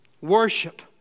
Worship